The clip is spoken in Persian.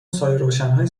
سایهروشنهای